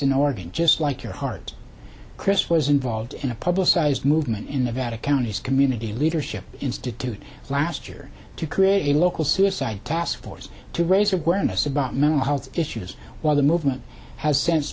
an organ just like your heart chris was involved in a publicized movement in the vatican on his community leadership institute last year to create a local suicide taskforce to raise awareness about mental health issues while the movement has sense